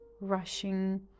rushing